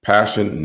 Passion